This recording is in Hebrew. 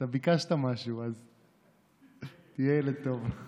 מגפה: לצמצם התקהלויות כדי לצמצם מגעים ולצמצם